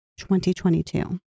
2022